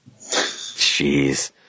jeez